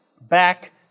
back